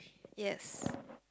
yes